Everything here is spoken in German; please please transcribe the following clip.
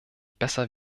besser